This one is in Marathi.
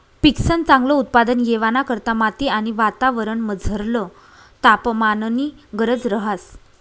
पिकंसन चांगल उत्पादन येवाना करता माती आणि वातावरणमझरला तापमाननी गरज रहास